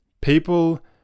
people